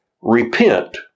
repent